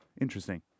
Interesting